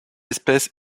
espèce